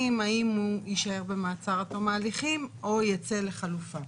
האם הוא יישאר במעצר עד תום ההליכים או יצא לחלופה.